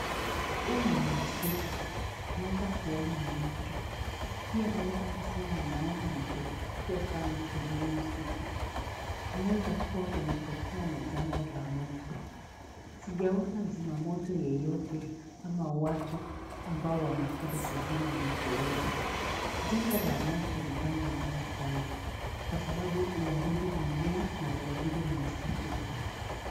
Huu ni msitu. Naeza kuona miti, pia naeza kusema naona moto mkubwa sanaa kwenye huu msitu. Kunaeza kuwa kumetokea na janga la moto. Sijaona zima moto yeyote ama watu ambao wamekuja kuzima moto huu. Janga la moto ni jangaa baya sanaa, kwa sababu huharibu mimea na huharibu misitu